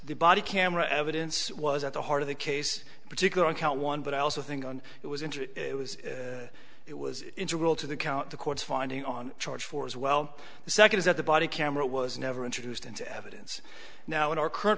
the body camera evidence was at the heart of the case in particular on count one but i also think on it was interest it was integral to the count the court's finding on charge for as well the second is that the body camera was never introduced into evidence now in our current